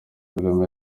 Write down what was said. kagame